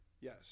Yes